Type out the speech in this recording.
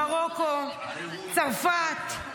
מרוקו, צרפת, הודו,